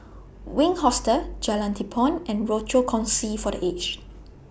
Wink Hostel Jalan Tepong and Rochor Kongsi For The Aged